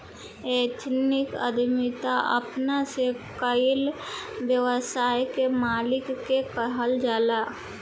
ethnic उद्यमिता अपना से कईल व्यवसाय के मालिक के कहल जाला